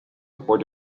report